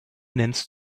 nennst